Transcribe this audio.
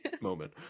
moment